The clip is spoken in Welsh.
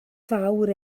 fawr